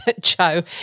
Joe